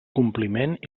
compliment